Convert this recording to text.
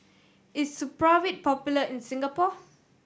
is Supravit popular in Singapore